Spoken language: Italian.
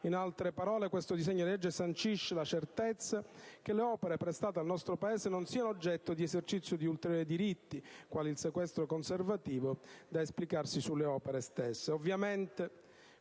In altre parole, questo disegno di legge sancisce la certezza che le opere prestate al nostro Paese non siano oggetto di esercizio di ulteriori diritti, quali il sequestro conservativo da esplicarsi sulle opere stesse.